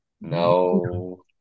No